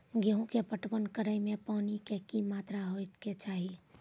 गेहूँ के पटवन करै मे पानी के कि मात्रा होय केचाही?